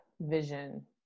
vision